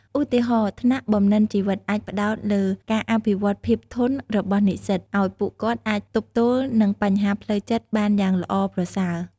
ឧទាហរណ៍ ថ្នាក់បំណិនជីវិតអាចផ្តោតលើការអភិវឌ្ឍន៍ភាពធន់របស់និស្សិតឱ្យពួកគាត់អាចទប់ទល់នឹងបញ្ហាផ្លូវចិត្តបានយ៉ាងល្អប្រសើរ។